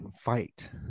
fight